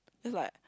is like